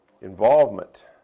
involvement